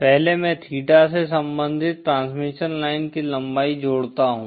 पहले मैं थीटा से संबंधित ट्रांसमिशन लाइन की लंबाई जोड़ता हूं